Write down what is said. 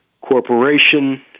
corporation